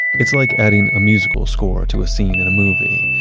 it's like adding a musical score to a scene in a movie.